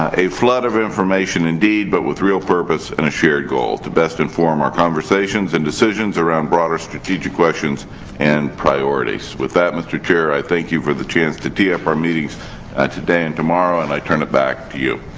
ah a flood of information, indeed. but with real purpose and a shard goal to best inform our conversations and decisions around broader strategic questions and priorities. with that, mister chair, i thank you for the chance to tee up our meetings ah today and tomorrow. and i turn it back to you.